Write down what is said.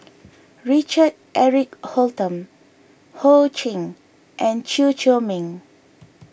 Richard Eric Holttum Ho Ching and Chew Chor Meng